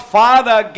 father